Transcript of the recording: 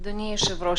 אדוני היושב-ראש,